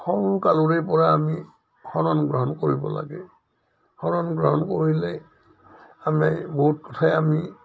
সৰুকালৰেপৰা আমি শৰণ গ্ৰহণ কৰিব লাগে শৰণ গ্ৰহণ কৰিলে আমি বহুত কথাই আমি